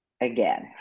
again